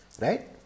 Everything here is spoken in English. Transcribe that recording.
Right